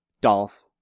Dolph